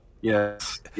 Yes